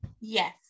Yes